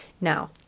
now